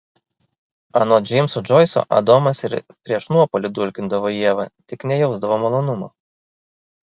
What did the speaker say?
anot džeimso džoiso adomas ir prieš nuopuolį dulkindavo ievą tik nejausdavo malonumo